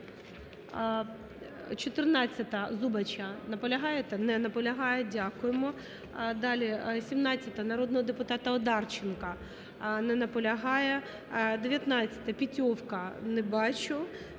14-а, Зубача. Наполягаєте? Не наполягає. Дякуємо. Далі. 17-а, народного депутата Одарченка. Не наполягає. 19-а, Петьовка. Не бачу.